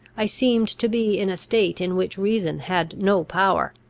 i seemed to be in a state in which reason had no power.